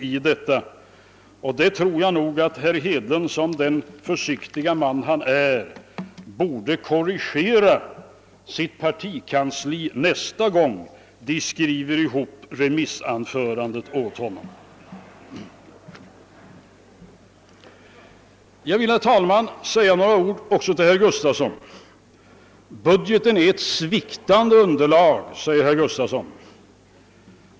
På den punkten tycker jag nog att herr Hedlund som den försiktige man han är borde korrigera sitt partikansli till nästa gång man skall skriva ihop ett remissdebattsanförande åt honom. Jag vill, herr talman, säga några ord också till herr Gustafson i Göteborg. Budgeten är ett sviktande underlag, säger herr Gustafson.